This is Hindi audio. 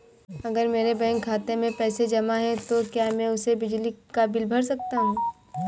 अगर मेरे बैंक खाते में पैसे जमा है तो क्या मैं उसे बिजली का बिल भर सकता हूं?